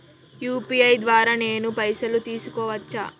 UPI ద్వారా నేను పైసలు తీసుకోవచ్చా?